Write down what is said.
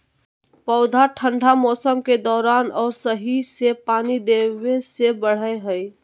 पौधा ठंढा मौसम के दौरान और सही से पानी देबे से बढ़य हइ